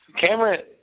Cameron